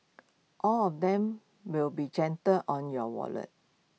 all of them will be gentle on your wallet